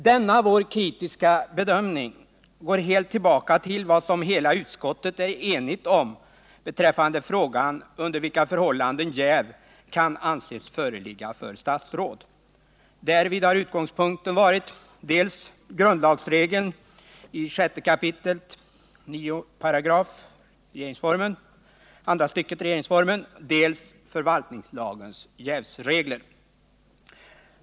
Denna vår kritiska bedömning går helt tillbaka på vad utskottet är enigt om beträffande frågan under vilka förhållanden jäv kan anses föreligga för statsråd. Därvid har utgångspunkten varit dels grundlagsregeln i 6 kap. 9 § andra stycket regeringsformen, dels förvaltningslagens jävsregler.